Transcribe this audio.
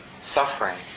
suffering